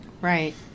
Right